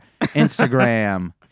Instagram